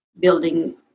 building